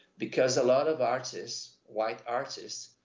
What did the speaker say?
because a lot of artists, white artists,